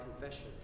confession